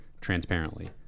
Transparently